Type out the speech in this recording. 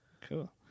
Cool